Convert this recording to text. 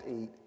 eat